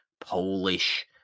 Polish